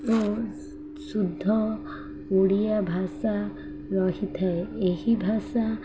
ଓ ଶୁଦ୍ଧ ଓଡ଼ିଆ ଭାଷା ରହିଥାଏ ଏହି ଭାଷା